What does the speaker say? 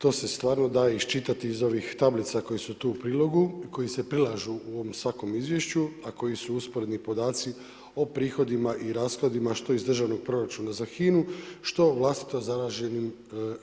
To se stvarno da iščitati iz ovih tablica, koji su tu u prilogu, koji se prilažu u ovome svakome izvješću, a koji su usporedni podaci o prihodima i rashodima, što iz državnog proračuna za HINA-u, što vlastitim zarađenim